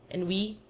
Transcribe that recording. and we,